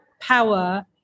power